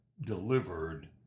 delivered